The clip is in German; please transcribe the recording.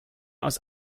aus